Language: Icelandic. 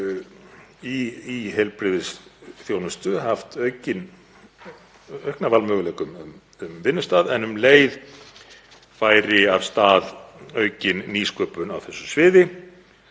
í heilbrigðisþjónustu haft aukna valmöguleika um vinnustað en um leið færi af stað aukin nýsköpun á þessu sviði